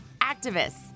activists